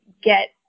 get